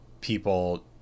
people